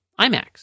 imax